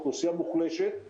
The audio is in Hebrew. לא אחוז המוסדות הבנו.